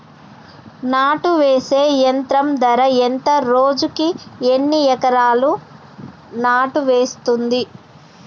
నాటు వేసే యంత్రం ధర ఎంత రోజుకి ఎన్ని ఎకరాలు నాటు వేస్తుంది?